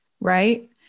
right